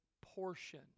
portion